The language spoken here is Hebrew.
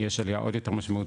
יש עלייה עוד יותר משמעותית,